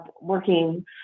working